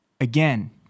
Again